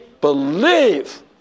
believe